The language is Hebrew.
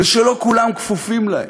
ושלא כולם כפופים להם,